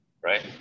right